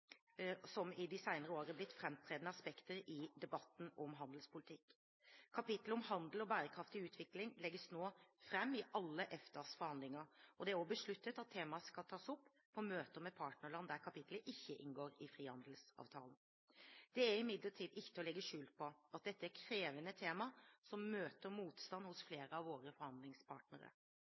i de senere år blitt framtredende aspekter i debatten om handelspolitikk. Kapittelet om handel og bærekraftig utvikling legges nå fram i alle EFTAs forhandlinger, og det er også besluttet at temaet skal tas opp på møter med partnerland der kapittelet ikke inngår i frihandelsavtalen. Det er imidlertid ikke til å legge skjul på at dette er et krevende tema som møter motstand hos flere av våre forhandlingspartnere.